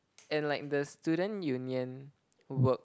and like the student union work